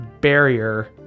barrier